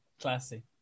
classy